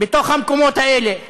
במקומות האלה,